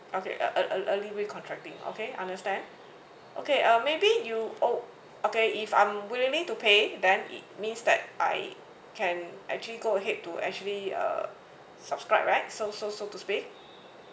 okay uh uh e~ early recontracting okay understand okay um maybe you oh okay if I'm willingly to pay then it means that I can actually go ahead to actually uh subscribe right so so so to speak